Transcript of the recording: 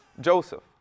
Joseph